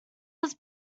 was